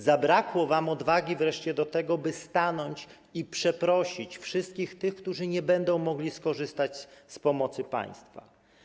Zabrakło wam odwagi wreszcie do tego, by stanąć i przeprosić wszystkich tych, którzy nie będą mogli skorzystać z pomocy państwa.